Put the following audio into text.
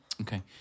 Okay